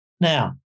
Now